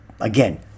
again